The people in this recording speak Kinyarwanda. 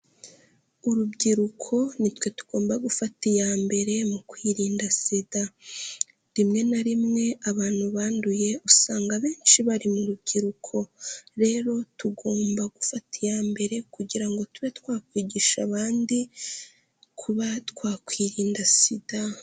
Urubyiruko ni twe tugomba gufata iya mbere mu kwirinda SIDA, rimwe na rimwe abantu banduye usanga abenshi bari mu rubyiruko, rero tugomba gufata iya mbere kugira ngo tube twakwigisha abandi kuba twakwirinda SIDA.